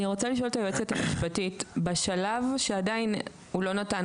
אני רוצה לשאול את היועצת המשפטית: בשלב שהוא עדיין לא נתן